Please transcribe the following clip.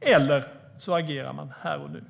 eller så agerar man här och nu.